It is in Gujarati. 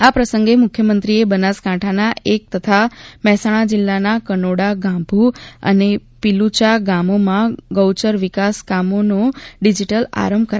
આ પ્રસંગે મુખ્યમંત્રીએ બનાસકાંઠાના એક તથા મહેસાણા જિલ્લાના કનોડા ગાંભુ અને પિલુયા ગામોમાં ગૌચર વિકાસ કામોનો ડિજીટલ આરંભ કરાવ્યો હતો